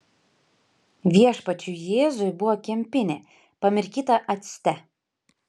viešpačiui jėzui buvo kempinė pamirkyta acte